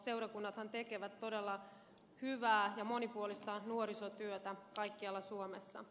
seurakunnathan tekevät todella hyvää ja monipuolista nuorisotyötä kaikkialla suomessa